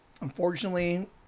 Unfortunately